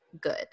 good